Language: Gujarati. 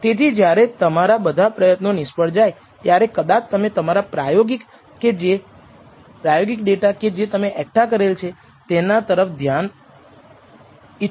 તેથી જ્યારે તમારા બધા પ્રયત્નો નિષ્ફળ જાય ત્યારે કદાચ તમે તમારા પ્રાયોગિક ડેટા કે જે તમે એકઠા કરેલ છે તેના તરફ જોવાનું ઈચ્છો